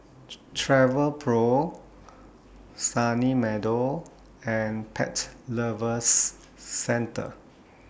Travelpro Sunny Meadow and Pet Lovers Centre